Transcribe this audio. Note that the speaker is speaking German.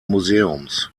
museums